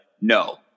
no